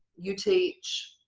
you teach.